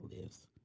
Lives